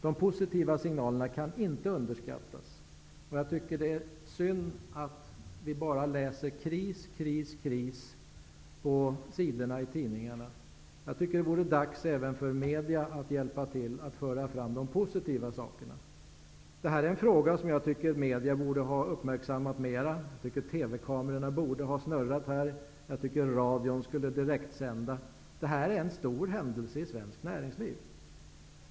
De positiva signalerna skall inte underskattas. Det är synd att vi bara läser om kris, kris och åter kris i tidningarna. Jag tycker att det är dags även för media att hjälpa till med att föra fram de positiva sakerna. Jag tycker att media borde ha observerat detta mera. TV-kamerorna borde ha snurrat här, och radion borde ha direktsänt debatten. Det här är en stor händelse i svenskt näringsliv.